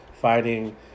fighting